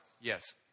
yes